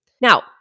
Now